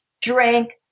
drink